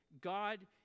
God